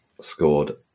scored